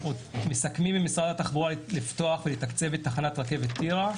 מסכמים עם משרד התחבורה לפתוח ולתקצב את תחנת רכבת טירה,